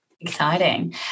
Exciting